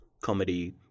comedy